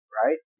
right